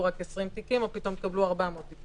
תקבלו פתאום רק 20 תיקים או 400 תיקים.